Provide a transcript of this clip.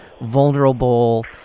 vulnerable